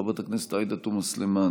חברת הכנסת עאידה תומא סלימאן,